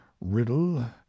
Riddle